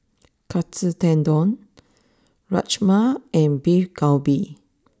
Katsu Tendon Rajma and Beef Galbi